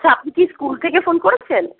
আচ্ছা আপনি কি স্কুল থেকে ফোন করেছেন